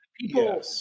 people